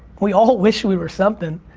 we all wish we were something.